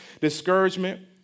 discouragement